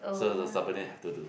so the subordinate have to do